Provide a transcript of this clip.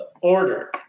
order